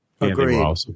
Agreed